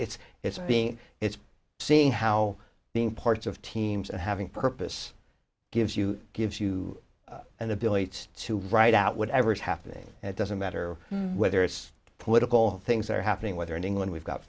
it's it's being it's seeing how being parts of teams and having purpose gives you gives you an ability to write out whatever is happening and it doesn't matter whether it's political things are happening whether in england we've got